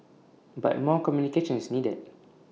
but more communication is needed